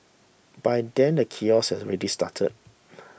by then the chaos had already started